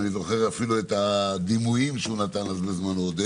אני זוכר את הדימויים שעודד נתן בזמנו.